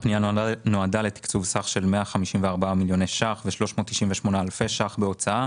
הפנייה נועדה לתקצוב סך של 154 מיליוני שקלים ו-398 אלפי שקלים בהוצאה